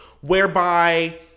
whereby